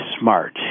smart